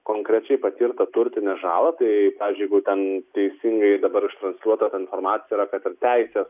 konkrečiai patirtą turtinę žalą tai pavyzdžiui jeigu ten teisingai dabar ištransliuota informacija apie ten teises